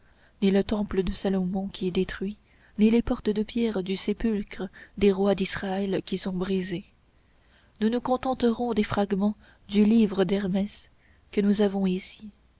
ni le temple de salomon qui est détruit ni les portes de pierre du sépulcre des rois d'israël qui sont brisées nous nous contenterons des fragments du livre d'hermès que nous avons ici